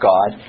God